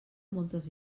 moltes